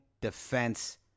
defense